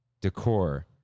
decor